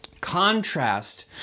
contrast